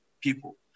people